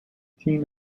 team